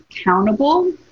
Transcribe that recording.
accountable